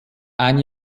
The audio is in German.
ein